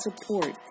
support